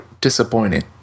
disappointing